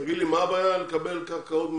מה הבעיה לקבל קרקעות מהמינהל?